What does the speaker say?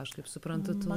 aš kaip suprantu